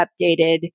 updated